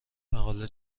مقاله